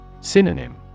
Synonym